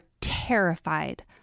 terrified